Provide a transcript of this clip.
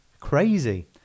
Crazy